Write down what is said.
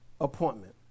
appointment